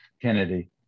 Kennedy